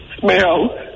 smell